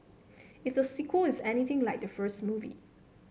if the sequel is anything like the first movie